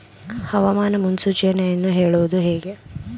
ಹವಾಮಾನ ಮುನ್ಸೂಚನೆಯನ್ನು ಹೇಳುವುದು ಹೇಗೆ?